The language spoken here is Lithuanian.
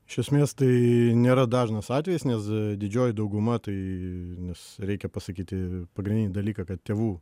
iš esmės tai nėra dažnas atvejis nes didžioji dauguma tai nes reikia pasakyti pagrindinį dalyką kad tėvų